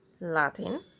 Latin